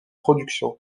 production